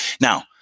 now